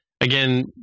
again